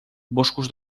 boscos